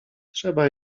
trzeba